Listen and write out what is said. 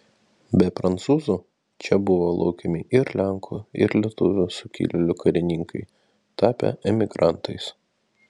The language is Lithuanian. be prancūzų čia buvo laukiami ir lenkų ir lietuvių sukilėlių karininkai tapę emigrantais